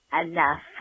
enough